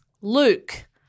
Luke